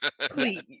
Please